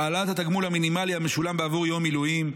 העלאת התגמול המינימלי המשולם בעבור יום מילואים,